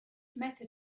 method